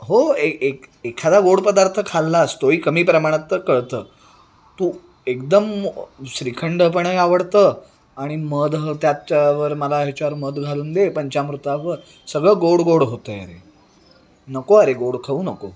हो ए एक एखादा गोड पदार्थ खाल्लास तोही कमी प्रमाणात तर कळतं तू एकदम श्रीखंड पण आहे आवडतं आणि मध त्याच्यावर मला ह्याच्यावर मध घालून दे पंचामृतावर सगळं गोड गोड होतं आहे अरे नको अरे गोड खाऊ नको